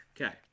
Okay